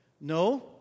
No